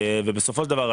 ובסופו של דבר,